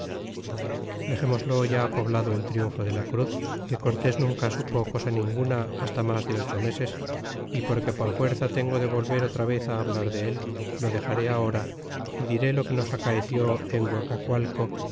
dexemoslo ya poblado el triunfo de la cruz que cortés nunca supo cosa ninguna hasta mas de ocho meses y porque por fuerza tengo de volver otra vez hablar en él lo dexaré ahora y diré lo que nos acaeció en